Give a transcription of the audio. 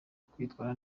kwitwara